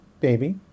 baby